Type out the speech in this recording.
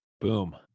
Boom